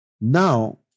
Now